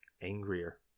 angrier